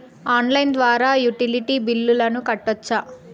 Online ద్వారా utility బిల్లులను కట్టొచ్చా?